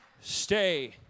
Stay